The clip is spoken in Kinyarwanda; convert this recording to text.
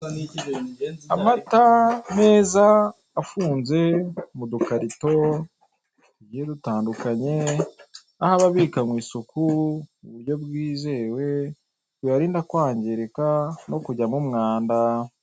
Amata meza afunze mu dukarito tugiye dutandukanye aho aba abikanywe isuku mu buryo bwizewe biyarinda kwangirika no kujyamo umwanda.